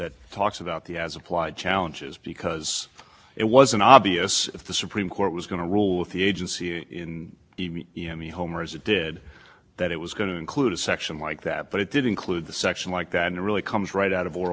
uniform and i don't think that as applied challenges are entirely inconsistent with uniformity i think that and i don't think the fact that the supreme court mentioned that there were the possibility of as applied challenges us meant that those as appl